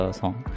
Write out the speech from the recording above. song